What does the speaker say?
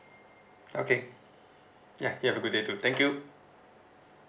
okay ya you have a good day too thank you